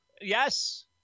yes